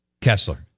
Kessler